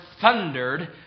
thundered